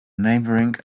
neighbouring